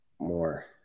more